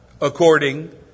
according